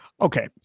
Okay